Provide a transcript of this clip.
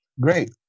great